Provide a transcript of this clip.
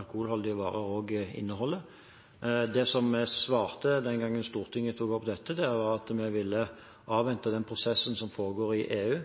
alkoholholdige varer inneholder. Det jeg svarte den gangen Stortinget tok opp dette, var at vi ville avvente den prosessen som foregår i EU,